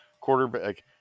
Quarterback